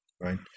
right